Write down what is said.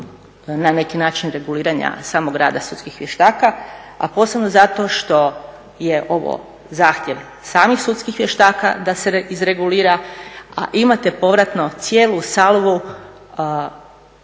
na neki način reguliranja samog rada sudskih vještaka, a posebno zato što je ovo zahtjev samih sudskih vještaka da se izregulira, a imate povratno cijelu salvu